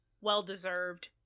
well-deserved